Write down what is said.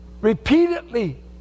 repeatedly